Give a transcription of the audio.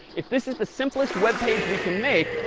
if this is the simplest web page we can make,